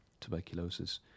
tuberculosis